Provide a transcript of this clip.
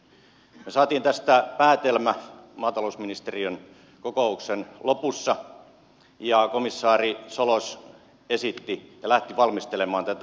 me saimme tästä päätelmän maatalousministerien kokouksen lopussa ja komissaari ciolos esitti ja lähti valmistelemaan tätä